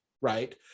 right